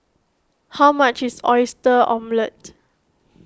how much is Oyster Omelette